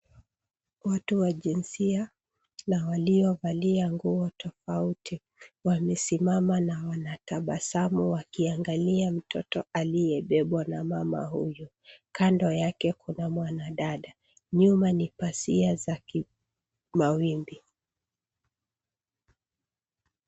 Watu wa jinsia na waliovalia nguo tofauti, wamesimama na wanatabasamu wakiangalia mtoto aliyebebwa na mama huyu. Kando yake kuna mwanandada. Nyuma ni pazia za kimawimbi.